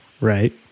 Right